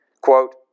quote